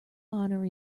honour